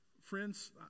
Friends